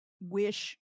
wish